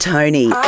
Tony